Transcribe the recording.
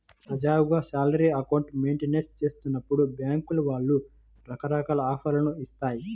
సజావుగా salary account maintain చేస్తున్నప్పుడు బ్యేంకుల వాళ్ళు రకరకాల ఆఫర్లను ఇత్తాయి